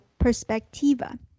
Perspectiva